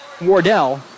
Wardell